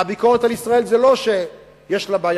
הביקורת על ישראל היא לא על זה שיש לה בעיה,